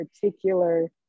particular